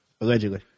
Allegedly